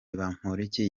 bamporiki